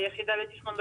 איך אנחנו מתמרצים?